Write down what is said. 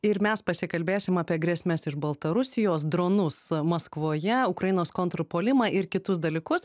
ir mes pasikalbėsim apie grėsmes iš baltarusijos dronus maskvoje ukrainos kontrpuolimą ir kitus dalykus